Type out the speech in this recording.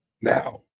Now